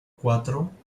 cuatro